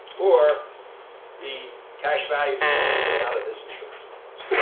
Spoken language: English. or the cash value's been taken out of this insurance